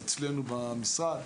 אצלנו במשרד.